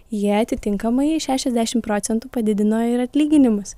jie atitinkamai šešiasdešim procentų padidino ir atlyginimus